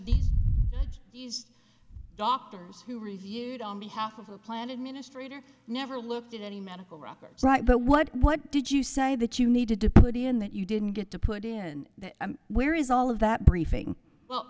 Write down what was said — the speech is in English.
these these doctors who reviewed on behalf of the plan administrator never looked at any medical records right but what what did you say that you needed to put in that you didn't get to put in where is all of that briefing well